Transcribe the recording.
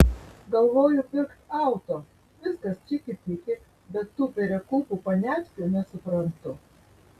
galvoju pirkt auto viskas čiki piki bet tų perekūpų paniatkių nesuprantu